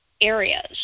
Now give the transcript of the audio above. areas